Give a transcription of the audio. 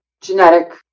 genetic